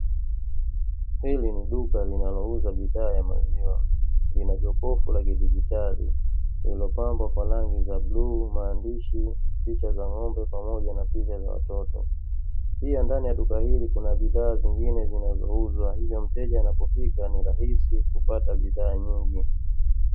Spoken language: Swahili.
Hili ni duka linalouza bidhaa ya maziwa. Lina jokofu la kidigitali lililopambwa kwa rangi za bluu, maandishi, picha za ng'ombe, pamoja na picha za watoto. Pia, ndani ya duka hili kuna bidhaa zingine zinazouzwa, hivyo mteja anapofika, ni rahisi kupata bidhaa nyingi.